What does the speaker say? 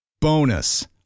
Bonus